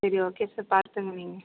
சரி okay sir பார்த்துங்க நீங்கள்